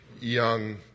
young